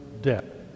debt